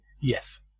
Yes